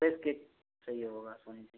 fresh cake चाहिए होगा सोनी जी